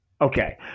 Okay